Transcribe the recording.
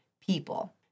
people